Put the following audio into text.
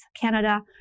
Canada